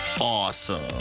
awesome